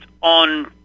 on